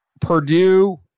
Purdue